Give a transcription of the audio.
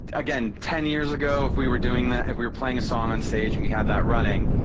again, ten years ago, if we were doing that, if we were playing a song on stage and we had that running,